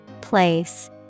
Place